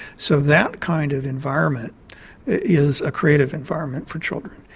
so that kind of environment is a creative environment for children.